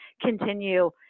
continue